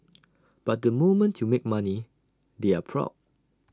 but the moment you make money they're proud